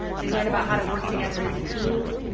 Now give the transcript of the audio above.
they learn about how to work together as a team.